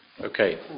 Okay